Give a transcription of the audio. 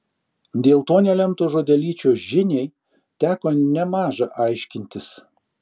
dėl to nelemto žodelyčio žiniai teko nemaža aiškintis